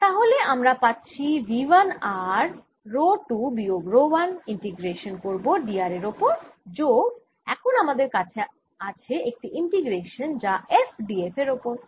তাহলে আমরা পাচ্ছি V 1 r রো 2 বিয়োগ রো 1 ইন্টিগ্রেশান করব d r এর ওপর যোগ এখন আমাদের কাছে আছে একটি ইন্টিগ্রেশান যা f d f এর ওপর